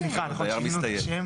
אנחנו קוראים לו דייר מסתייג.